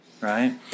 right